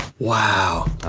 Wow